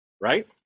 right